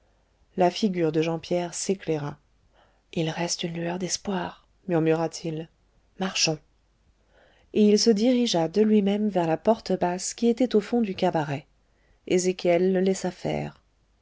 la figure de jean pierre s'éclaira il reste une lueur d'espoir murmura-t-il marchons et il se dirigea de lui-même vers la porte basse qui était au fond du cabaret ézéchiel le laissa faire